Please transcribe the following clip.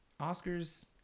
Oscars